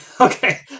Okay